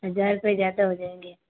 हजार रुपए ज़्यादा हो जाएंगे